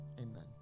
amen